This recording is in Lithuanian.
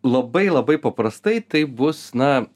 labai labai paprastai tai bus na ir